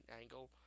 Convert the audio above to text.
angle